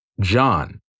John